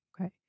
Okay